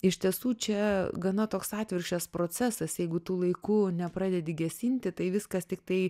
iš tiesų čia gana toks atvirkščias procesas jeigu tu laiku nepradedi gesinti tai viskas tiktai